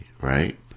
right